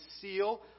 seal